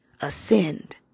ascend